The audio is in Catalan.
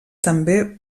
també